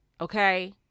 okay